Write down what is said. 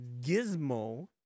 Gizmo